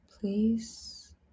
please